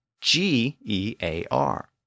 G-E-A-R